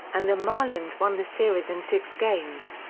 and the marlins won the series in six games.